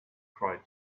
cried